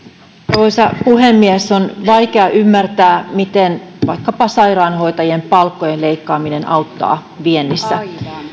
arvoisa puhemies on vaikea ymmärtää miten vaikkapa sairaanhoitajien palkkojen leikkaaminen auttaa viennissä